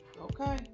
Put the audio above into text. Okay